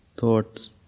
Thoughts